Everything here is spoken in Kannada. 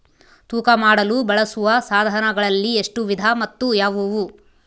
ತೂಕ ಮಾಡಲು ಬಳಸುವ ಸಾಧನಗಳಲ್ಲಿ ಎಷ್ಟು ವಿಧ ಮತ್ತು ಯಾವುವು?